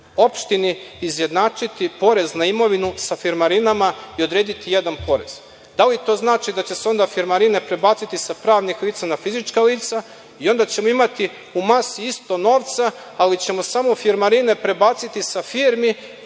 opštini izjednačiti porez na imovinu sa firmarinama i odrediti jedan porez. Da li to znači da će se onda firmarine prebaciti sa pravnih lica na fizička lica? Onda ćemo imati u masi isto novca, ali ćemo samo firmarine prebaciti sa firmi